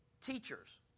Teachers